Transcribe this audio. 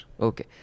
Okay